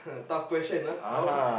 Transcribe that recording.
tough question uh how